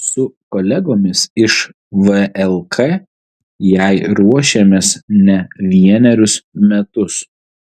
su kolegomis iš vlk jai ruošėmės ne vienerius metus